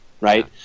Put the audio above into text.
right